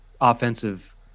offensive